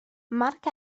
mark